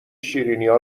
شیرینیا